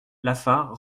lafare